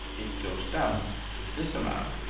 it goes down to this amount,